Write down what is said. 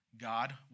God